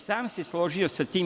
Sam se složio sa tim.